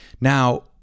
Now